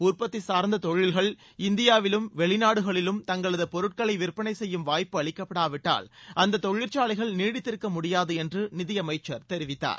உற்பத்தி சார்ந்த தொழில்கள் இந்தியாவிலும் வெளிநாடுகளிலும் தங்களது பொருட்களை விற்பனை செய்யும் வாய்ப்பு அளிக்கப்படாவிட்டால் அந்த தொழிற்சாலைகள் நீடித்திருக்க முடியாது என்று நிதியமைச்சர் தெரிவித்தார்